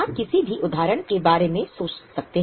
आप किसी भी उदाहरण के बारे में सोचते हैं